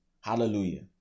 Hallelujah